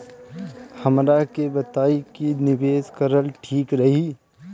हमरा के बताई की निवेश करल ठीक रही?